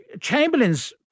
Chamberlain's